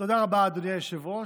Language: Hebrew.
תודה רבה, אדוני היושב-ראש.